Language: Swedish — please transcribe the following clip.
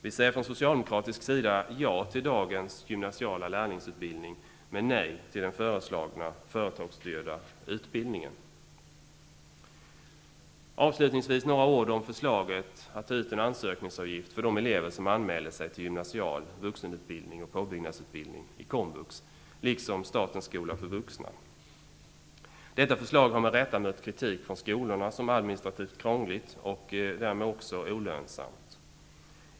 Vi säger från socialdemokratisk sida ja till dagens gymnasiala lärlingsutbildning men nej till den föreslagna företagsstyrda utbildningen. Avslutningsvis några ord om förslaget att ta ut en ansökningsavgift för de elever som anmäler sig till gymnasial vuxenutbildning och påbyggnadsutbildning i komvux liksom statens skola för vuxna. Detta förslag har med rätta mött kritik från skolorna som administrativt krångligt och därmed också olönsamt.